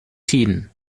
tiden